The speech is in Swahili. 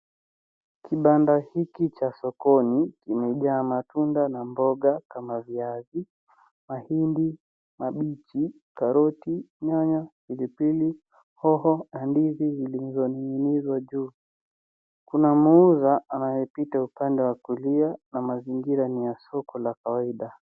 Kibanda hiki sokoni kimejaa matunda na mboga kama viazi. Mahindi mabichi, karoti, nyanya, pilipili, hoho na ndizi zilizoning'inizwa juu. Kuna muuza anayepita upande wa kulia na mazingira ni ya soko la kawaida.